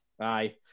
Aye